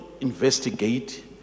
investigate